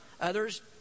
others